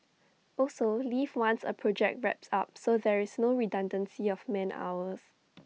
also leave once A project wraps up so there is no redundancy of man hours